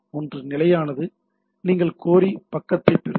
ஒன்று நிலையானது நீங்கள் கோரி பக்கத்தைப் பெறுங்கள்